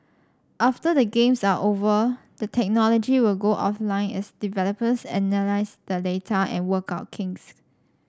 after the Games are over the technology will go offline as developers analyse the data and work out kinks